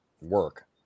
work